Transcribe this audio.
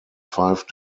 five